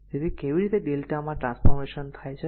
તેથી કેવી રીતે Δ માં ટ્રાન્સફોર્મેશન થાય છે